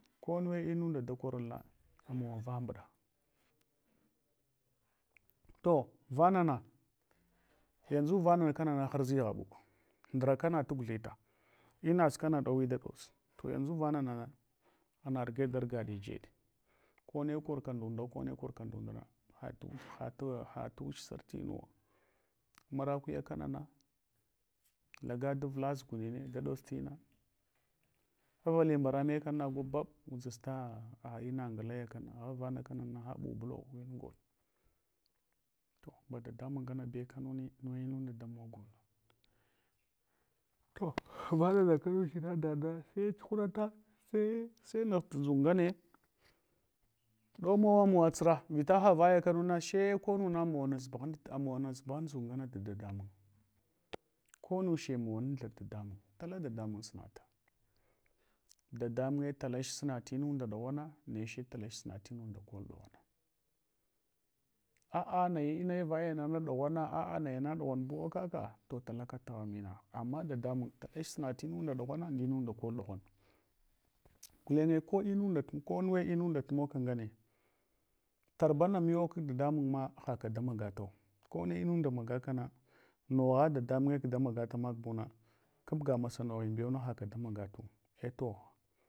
Kone munda da karulna. Amawava mbuɗa to vanana, yanʒu vana kanana harʒi ghabuka ndura tana tugthita, inaʒkana ɗowi da ɗots. Yanʒu vanana ana ruge darugaɗi jeɗ. Kone korka ndudo, kone korka ndudna had hun ch sarhnuwo. Marakuyakanana laga davla zugmine da ɗots tina, avgli mbarame kana nagu baɓ dtsuta ina nglayakana agth vanana har ɓubula. To ba dadamun ngane be kanu ni ne inunda damogh. To vayayake uira dada sai chuhurata sai nughtu ndʒuk ngane. Somawa amawu tsura, vita ha vaya kanuwa she konuwa amawasbu gha nʒuk nganatu dadamun. Konuche ama muthatu dadamun. Tala dadamun sunara. Dadamunye talach suna tinun da ɗughana neche suna tinunda kol ɗughana, a’a naye vayana ɗughana a’a nayana ɗughanbuwo kaka. To talaka taghan minagh. Ama dadamu tale surat timunda ɗughana indnurda kol ɗughana. Gulenye ko munda, konu are inunda mogka ngane, tarban miyo kag dadamun ma haka damagato. Kone inun da magakana, nogha dadamunye kdama gatamak buna. Kabga masa noghnbew na haka damagatu eito.